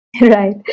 Right